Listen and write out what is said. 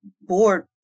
board